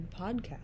podcast